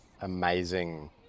amazing